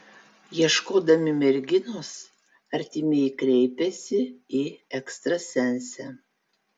ieškodami merginos artimieji kreipėsi į ekstrasensę